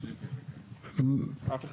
המועצה